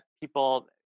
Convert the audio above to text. people